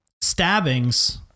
Stabbings